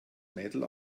mädel